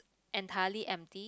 entirely empty